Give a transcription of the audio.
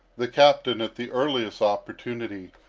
the captain, at the earliest opportunity,